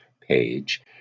page